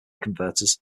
converters